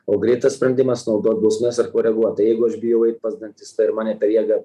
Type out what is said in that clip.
o greitas sprendimas naudot bausmes ar koreguot tai jeigu aš bijau eit pas dantistą ir mane per jėgą